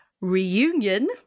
reunion